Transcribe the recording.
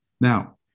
Now